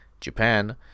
Japan